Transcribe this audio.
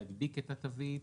להדביק את התווית